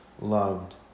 loved